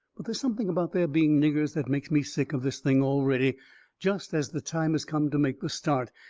but there's something about their being niggers that makes me sick of this thing already just as the time has come to make the start.